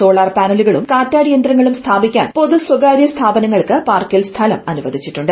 solar പാനലുകളും കാറ്റാടി യന്ത്രങ്ങളും സ്ഥാപിക്കാൻ പൊതു സ്വകാര്യ സ്ഥാപനങ്ങൾക്ക് പാർക്കിൽ സ്ഥലം അനുവദിച്ചിട്ടുണ്ട്